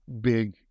big